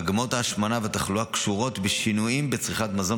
מגמות ההשמנה והתחלואה קשורות בשינויים בצריכת מזון